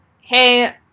Hey